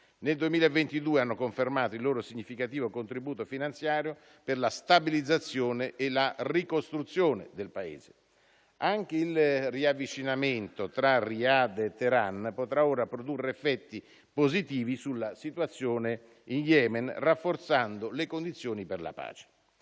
Nel 2022 hanno confermato il loro significativo contributo finanziario per la stabilizzazione e la ricostruzione del Paese. Anche il riavvicinamento tra Riad e Teheran potrà ora produrre effetti positivi sulla situazione in Yemen, rafforzando le condizioni per la pace.